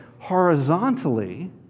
horizontally